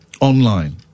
online